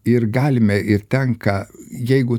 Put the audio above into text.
ir galime ir tenka jeigu